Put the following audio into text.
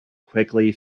quickly